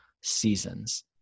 seasons